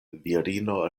virino